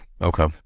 Okay